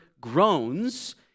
groans